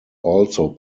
also